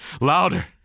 Louder